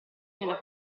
nella